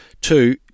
Two